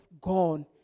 gone